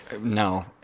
No